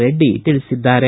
ರೆಡ್ಡಿ ತಿಳಿಸಿದ್ದಾರೆ